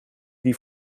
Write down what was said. die